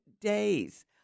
days